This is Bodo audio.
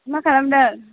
मा खालामदों